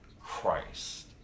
Christ